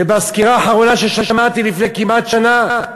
ובסקירה האחרונה ששמעתי, לפני כמעט שנה,